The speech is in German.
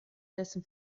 dessen